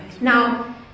Now